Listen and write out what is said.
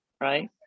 Right